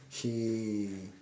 she